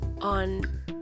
on